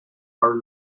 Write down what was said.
are